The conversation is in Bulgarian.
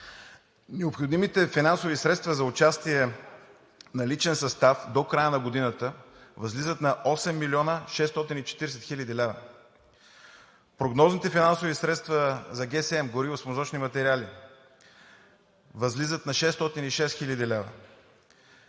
необходимите финансови средства за участие на личен състав до края на годината възлизат на 8 млн. 640 хил. лв. Прогнозните финансови средства за гориво-смазочни материали (ГСМ) възлизат на 606 хил. лв.,